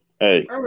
hey